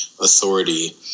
authority